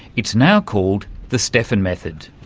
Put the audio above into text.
it's now called the steffen method.